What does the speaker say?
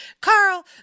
Carl